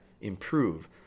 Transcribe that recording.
improve